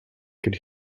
could